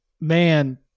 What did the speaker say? man